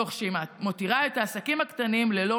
תוך שהיא מותירה את העסקים הקטנים ללא